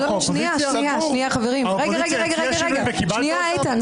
האופוזיציה הציעה שינויים וקיבלת אותם?